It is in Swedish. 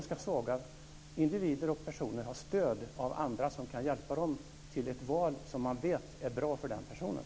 Svaga individer ska ha stöd av andra som kan hjälpa dem till ett val som man vet är bra för den personen.